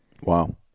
Wow